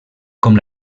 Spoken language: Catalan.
com